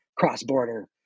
cross-border